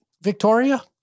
Victoria